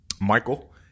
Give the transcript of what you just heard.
Michael